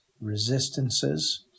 resistances